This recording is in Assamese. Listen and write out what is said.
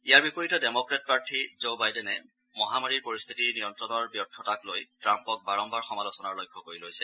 ইয়াৰ বিপৰীতে ডেমক্ৰেট প্ৰাৰ্থী জো বাইডেনে মহামাৰীৰ পৰিস্থিতি নিয়ন্ত্ৰণত ব্যৰ্থতাক লৈ ট্টাম্পক বাৰম্বাৰ সমালোচনাৰ লক্ষ্য কৰি লৈছে